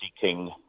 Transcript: seeking